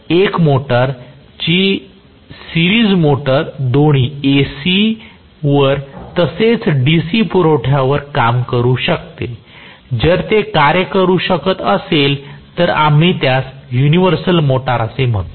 एक मोटर जी series motor दोन्ही ACवर तसेच DC पुरवठ्यावरही काम करू शकते जर ते कार्य करू शकत असेल तर आम्ही त्याला युनिव्हर्सल मोटर असे म्हणतो